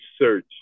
search